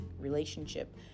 relationship